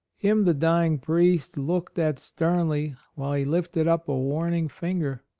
him the dying priest looked at sternly, while he lifted up a warning finger.